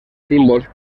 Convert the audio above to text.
símbols